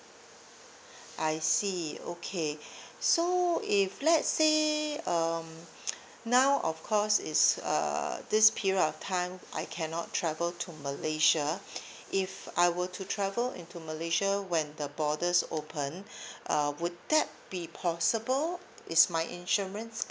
I see okay so if let's say um now of course is uh this period of time I cannot travel to malaysia if I were to travel into malaysia when the borders open uh would that be possible is my insurance